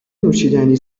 نوشیدنی